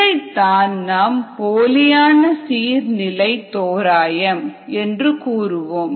இதைத்தான் நாம் போலியான சீர் நிலை தோராயம் என்று கூறுவோம்